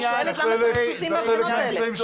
אני שואלת למה צריך סוסים בהפגנות האלה.